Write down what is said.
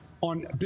on